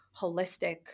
holistic